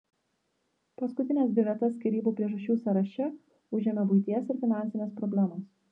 paskutines dvi vietas skyrybų priežasčių sąraše užėmė buities ir finansinės problemos